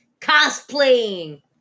cosplaying